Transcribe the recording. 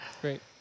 Great